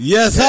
Yes